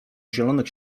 zielonych